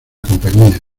compañía